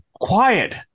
quiet